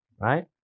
right